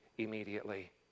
immediately